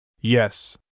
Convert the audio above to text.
Yes